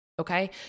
okay